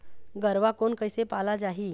गरवा कोन कइसे पाला जाही?